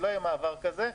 שלא יהיה מעבר כזה.